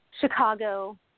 Chicago